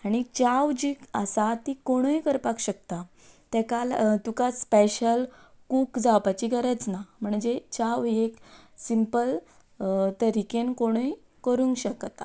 आनी च्या जी आसा ती कोणूय करपाक शकता ताका तुका स्पेशल कूक जावपाची गरज ना म्हणजे च्या ही एक सिंपल तरिकेन कोणूय करूंक शकता